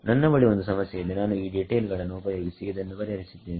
ನನ್ನ ಬಳಿ ಒಂದು ಸಮಸ್ಯೆ ಇದೆ ನಾನು ಈ ಡೀಟೇಲ್ ಗಳನ್ನು ಉಪಯೋಗಿಸಿ ಇದನ್ನು ಪರಿಹರಿಸಿದ್ದೇನೆ